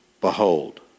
behold